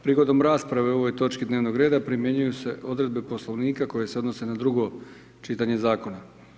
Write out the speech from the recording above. Prigodom rasprave o ovoj točki dnevnog reda primjenjuju se odredbe Poslovnika koje se odnose na drugo čitanje zakona.